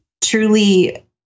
truly